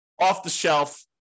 off-the-shelf